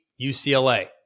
UCLA